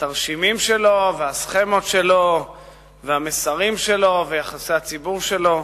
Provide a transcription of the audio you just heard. והתרשימים שלו והסכמות שלו והמסרים שלו ויחסי הציבור שלו.